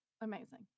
Amazing